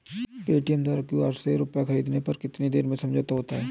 Paytm द्वारा QR से रूपए ख़रीदने पर कितनी देर में समझौता होता है?